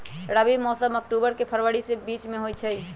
रबी मौसम अक्टूबर से फ़रवरी के बीच में होई छई